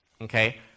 okay